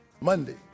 Monday